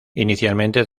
inicialmente